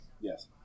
Yes